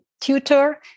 tutor